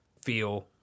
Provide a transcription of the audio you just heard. feel